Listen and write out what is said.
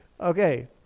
Okay